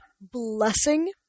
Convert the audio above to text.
blessing